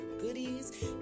goodies